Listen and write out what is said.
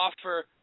offer